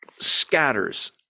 scatters